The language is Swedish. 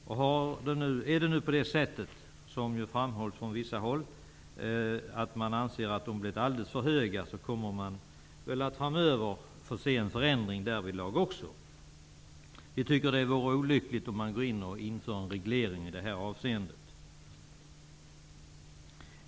Om det är på det sätt som man från vissa håll säger, nämligen att priserna har blivit alldeles för höga, kommer vi väl framöver att få se en förändring därvidlag också. Vi tycker att det vore olyckligt om man gick in och införde en reglering i det här avseendet.